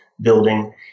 building